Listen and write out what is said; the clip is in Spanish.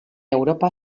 europa